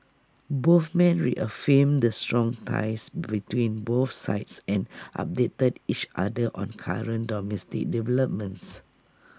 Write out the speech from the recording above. both men reaffirmed the strong ties between both sides and updated each other on current domestic developments